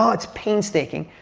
um it's painstaking.